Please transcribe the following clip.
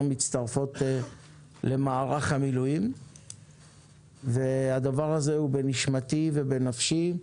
מצטרפות למערך המילואים והדבר הזה הוא בנשמתי ובנפשי.